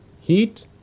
heat